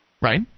Right